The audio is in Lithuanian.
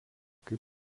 kaip